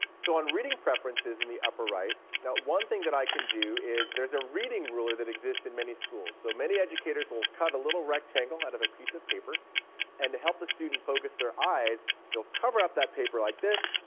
so on reading preferences in the upper right, one thing that i can do is there's a reading ruler that exists in many schools. so many educators will cut a little rectangle out of a piece of paper and to help the student focus their eyes, they will cover up that paper like this,